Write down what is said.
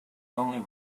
only